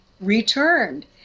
returned